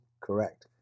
Correct